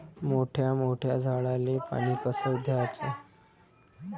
मोठ्या मोठ्या झाडांले पानी कस द्याचं?